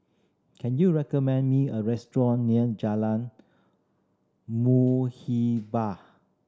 can you recommend me a restaurant near Jalan Muhibbah